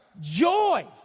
Joy